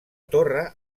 torre